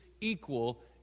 equal